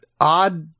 odd